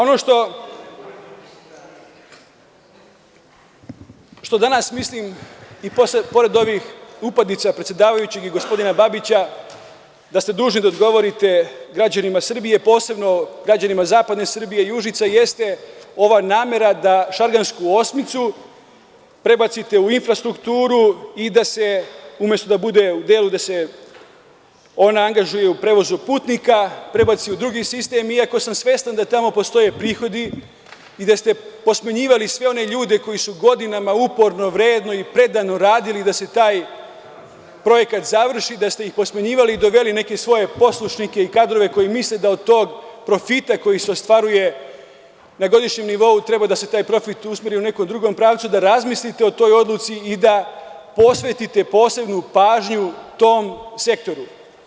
Ono što danas mislim i pored ovih upadica predsedavajućeg i gospodina Babića, da ste dužni da odgovorite građanima Srbije, posebno građanima zapadne Srbije, Užica, jeste ova namera da Šargansku osmicu prebacite u infrastrukturu i da umesto da bude u delu gde se angažuje u prevozu putnika, prebaci u drugi sistem iako sam svestan da tamo postoje prihodi i da ste posmenjivali sve one ljude koji su godinama uporno, vredno i predano radili da se taj projekat završi, da ste ih posmenjivali i doveli neke svoje poslušnike i kadrove koji misle da od tog profita koji se ostvaruje na godišnjem nivou treba da se taj profit usmeri u nekom drugom pravcu, da razmislite o toj odluci i da posvetite posebnu pažnju tom sektoru.